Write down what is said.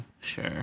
sure